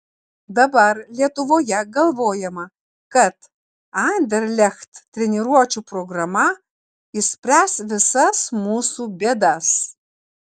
dabar lietuvoje galvojama kad anderlecht treniruočių programa išspręs visas mūsų bėdas